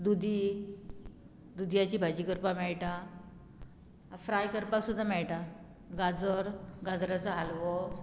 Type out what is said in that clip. दुदी दुदयाची भाजी करपाक मेळटा फ्राय करपाक सुद्दां मेळटा गाजर गाजराचो हालवो